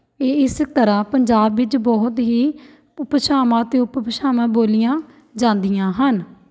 ਇਹ ਇਸ ਤਰ੍ਹਾਂ ਪੰਜਾਬ ਵਿੱਚ ਬਹੁਤ ਹੀ ਭ ਭਾਸ਼ਾਵਾਂ ਅਤੇ ਉਪਭਾਸ਼ਾਵਾਂ ਬੋਲੀਆਂ ਜਾਂਦੀਆਂ ਹਨ